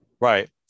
Right